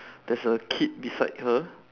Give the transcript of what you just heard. there's a kid beside her